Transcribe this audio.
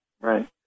right